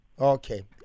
Okay